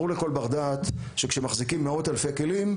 ברור לכל בר דעת שכשמחזיקים מאות אלפי כלים,